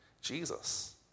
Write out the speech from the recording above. Jesus